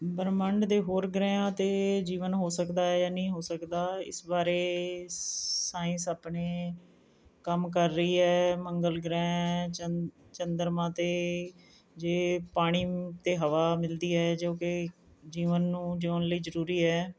ਬ੍ਰਹਿਮੰਡ ਦੇ ਹੋਰ ਗ੍ਰਹਿਆਂ 'ਤੇ ਜੀਵਨ ਹੋ ਸਕਦਾ ਹੈ ਜਾਂ ਨਹੀਂ ਹੋ ਸਕਦਾ ਇਸ ਬਾਰੇ ਸਾਇੰਸ ਆਪਣੇ ਕੰਮ ਕਰ ਰਹੀ ਹੈ ਮੰਗਲ ਗ੍ਰਹਿ ਚੰਦ ਚੰਦਰਮਾ 'ਤੇ ਜੇ ਪਾਣੀ ਅਤੇ ਹਵਾ ਮਿਲਦੀ ਹੈ ਜੋ ਕਿ ਜੀਵਨ ਨੂੰ ਜਿਉਣ ਲਈ ਜ਼ਰੂਰੀ ਹੈ